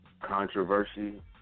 controversy